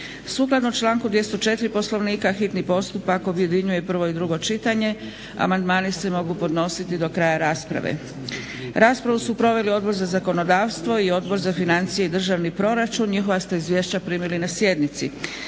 U skladu sa člankom 204. Poslovnika hitni postupak objedinjuje prvo i drugo čitanje. Amandmani se mogu podnositi do kraja rasprave. Raspravu su proveli Odbor za zakonodavstvo i Odbor za financije i državni proračun. Njihova ste izvješća primili na sjednici.